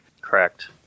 Correct